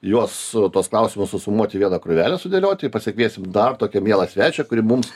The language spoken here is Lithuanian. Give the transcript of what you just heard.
juos tuos klausimus susumuoti į vieną krūvelę sudėlioti pasikviesim dar tokią mielą svečią kuri mums